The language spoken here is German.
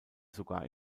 sogar